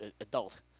adult